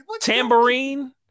Tambourine